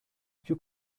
più